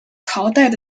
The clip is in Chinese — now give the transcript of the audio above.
朝代